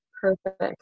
Perfect